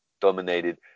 dominated